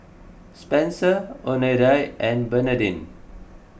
Spenser oneida and Bernadine